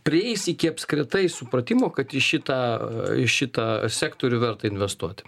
prieis iki apskritai supratimo kad į šitą šitą sektorių verta investuoti